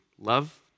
love